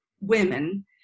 women